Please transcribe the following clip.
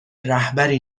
رهبری